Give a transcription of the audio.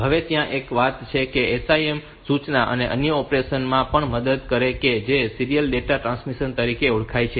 હવે ત્યાં એક વાત એ છે કે આ SIM સૂચના અન્ય ઓપરેશન માં પણ મદદ કરે છે જે સીરીયલ ડેટા ટ્રાન્સમિશન તરીકે ઓળખાય છે